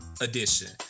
Edition